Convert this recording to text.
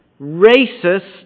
racist